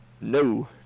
No